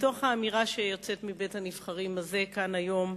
מתוך האמירה שיוצאת מבית-הנבחרים הזה, כאן, היום,